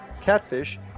catfish